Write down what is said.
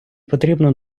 потрібно